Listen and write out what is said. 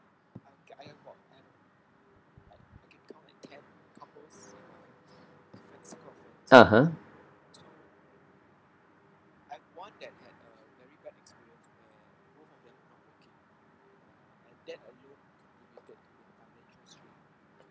(uh huh)